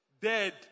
Dead